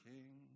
King